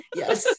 yes